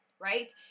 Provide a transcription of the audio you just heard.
right